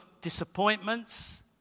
disappointments